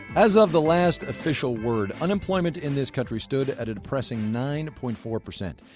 as of the last official word, unemployment in this country stood at a depressing nine point four percent.